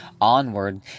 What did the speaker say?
Onward